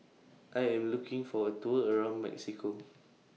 I Am looking For A Tour around Mexico